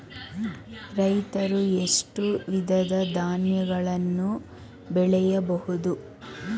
ರೈತರು ಎಷ್ಟು ವಿಧದ ಧಾನ್ಯಗಳನ್ನು ಬೆಳೆಯಬಹುದು?